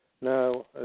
no